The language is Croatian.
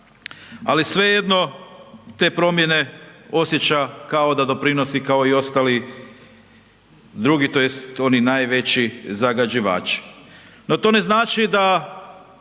ali svejedno te promjene osjeća kao da doprinosi kao i ostali drugi tj. oni najveći zagađivači.